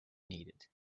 needed